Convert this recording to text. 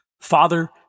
Father